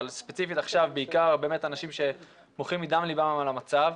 אבל ספציפית עכשיו בעיקר באמת אנשים שבוכים מדם ליבם על המצב,